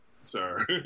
sir